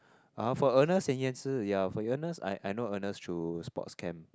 (uh huh) for Ernest and Yan-zi ya for Ernest I I know Ernest through sports camp